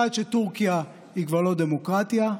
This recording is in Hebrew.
1. שטורקיה היא כבר לא דמוקרטיה,